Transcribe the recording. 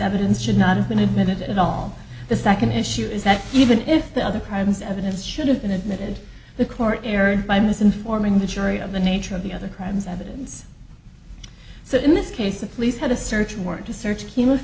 evidence should not have been admitted at all the second issue is that even if the other crimes evidence should have been admitted the court heard by misinforming the jury of the nature of the other crimes evidence so in this case at least had a search warrant to search h